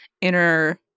inner